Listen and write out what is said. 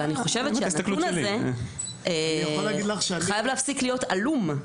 אבל אני חושבת שהנתון הזה חייב להפסיק להיות עלום.